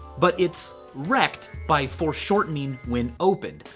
but it's wrecked by foreshortening when opened.